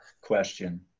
question